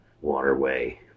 waterway